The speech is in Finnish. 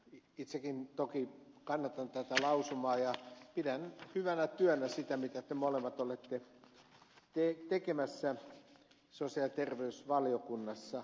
itsekin toki kannatan tätä lausumaa ja pidän hyvänä työnä sitä mitä te molemmat olette tekemässä sosiaali ja terveysvaliokunnassa